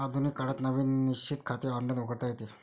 आधुनिक काळात नवीन निश्चित खाते ऑनलाइन उघडता येते